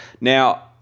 Now